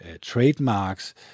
trademarks